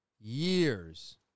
years